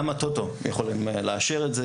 וגם הטוטו יכולים לאשר זאת.